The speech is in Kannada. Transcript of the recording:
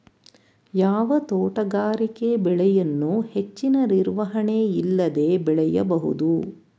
ಯಾವ ತೋಟಗಾರಿಕೆ ಬೆಳೆಯನ್ನು ಹೆಚ್ಚಿನ ನಿರ್ವಹಣೆ ಇಲ್ಲದೆ ಬೆಳೆಯಬಹುದು?